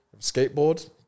Skateboard